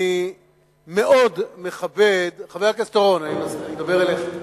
אני מאוד מכבד, חבר הכנסת אורון, אני מדבר אליך.